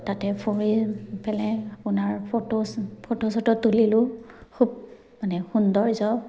তাতে ফুৰি পেলাই আপোনাৰ ফটো ফটো তুলিলোঁ খুব মানে